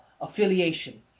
affiliation